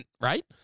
right